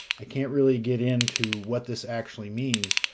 i can't really get into what this actually means,